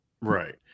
Right